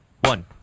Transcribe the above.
One